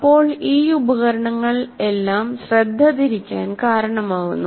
അപ്പോൾ ഈ ഉപകരണങ്ങൾ എല്ലാം ശ്രദ്ധ തിരിക്കാൻ കാരണമാകുന്നു